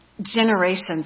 generations